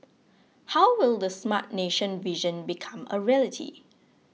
how will the Smart Nation vision become a reality